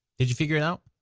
did you figure it out?